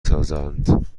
سازند